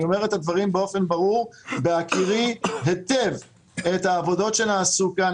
אני אומר את הדברים באופן ברור בהכירי היטב את העבודות שנעשו כאן,